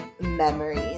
memories